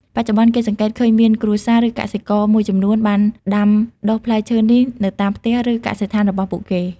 បច្ចុប្បន្ន គេសង្កេតឃើញមានគ្រួសារ ឬកសិករមួយចំនួនបានដាំដុះផ្លែឈើនេះនៅតាមផ្ទះ ឬកសិដ្ឋានរបស់ពួកគេ។